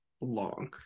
long